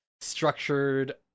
structured